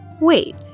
Wait